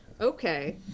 okay